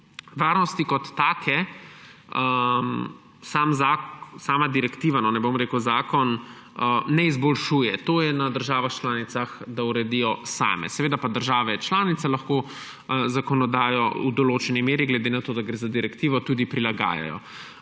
Varnosti kot take sama direktiva, ne bom rekel zakon, ne izboljšuje. To je na državah članicah, da uredijo same. Seveda pa države članice lahko zakonodajo v določeni meri, glede na to da gre za direktivo, tudi prilagajajo.